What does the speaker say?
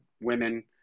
women